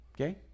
Okay